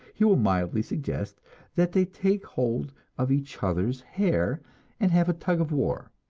he will mildly suggest that they take hold of each other's hair and have a tug of war.